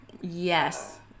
Yes